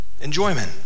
Enjoyment